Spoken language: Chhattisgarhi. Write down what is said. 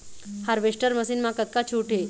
हारवेस्टर मशीन मा कतका छूट हे?